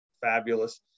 fabulous